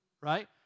right